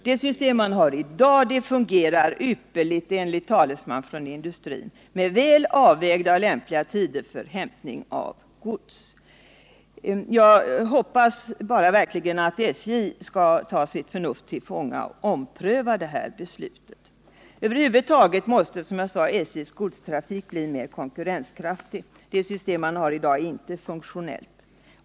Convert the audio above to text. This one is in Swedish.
Det system man har i dag fungerar ypperligt, enligt talesmän för industrin, med väl avvägda och lämpliga tider för hämtning av gods. Jeg hoppas verkligen att SJ skall ta sitt förnuft till fånga och ompröva det här beslutet. Över huvud taget måste, som jag sade, SJ:s godstrafik bli mer konkurrenskraftig. Det system som tillämpas i dag är inte funktionellt.